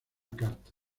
carta